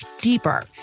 deeper